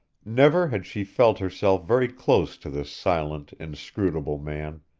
never had she felt herself very close to this silent, inscrutable man,